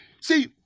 see